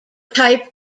type